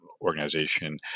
organization